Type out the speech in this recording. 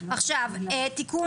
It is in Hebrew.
תיקון